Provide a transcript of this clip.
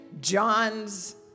John's